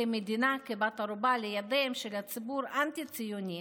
המדינה כבת ערובה לידי ציבור אנטי-ציוני,